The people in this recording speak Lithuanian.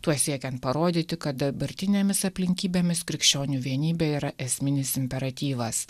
tuo siekiant parodyti kad dabartinėmis aplinkybėmis krikščionių vienybė yra esminis imperatyvas